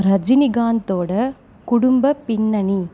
ரஜினிகாந்தோட குடும்ப பின்னணி